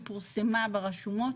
היא פורסמה ברשומות,